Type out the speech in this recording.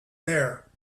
there